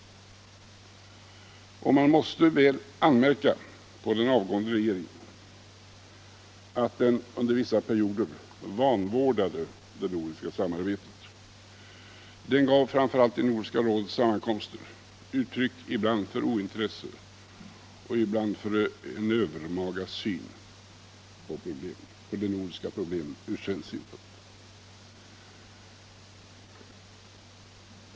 Och man måste väl anmärka på den avgående regeringen att den under vissa perioder vanvårdade det nordiska samarbetet. Den gav framför allt vid Nordiska rådets sammankomster uttryck ibland för ointresse och ibland för en övermaga syn på de nordiska problemen från svensk synpunkt.